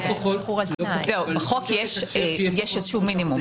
בחוק יש איזשהו מינימום.